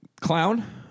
clown